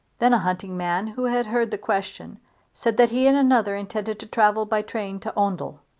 then a hunting man who had heard the question said that he and another intended to travel by train to oundle.